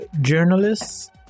journalists